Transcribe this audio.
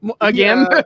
Again